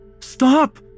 Stop